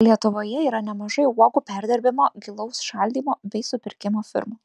lietuvoje yra nemažai uogų perdirbimo gilaus šaldymo bei supirkimo firmų